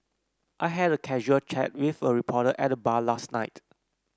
I had a casual chat with a reporter at the bar last night